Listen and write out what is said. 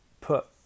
put